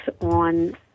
on